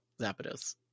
Zapdos